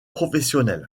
professionnels